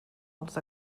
els